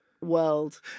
world